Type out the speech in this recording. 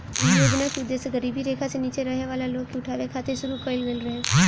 इ योजना के उद्देश गरीबी रेखा से नीचे रहे वाला लोग के उठावे खातिर शुरू कईल गईल रहे